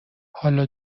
حالا